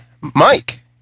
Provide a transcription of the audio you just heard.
Mike